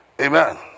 Amen